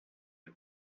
had